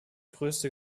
größte